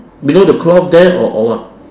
below the cloth there or or what